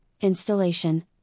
installation